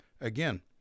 again